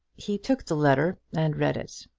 he took the letter and read it.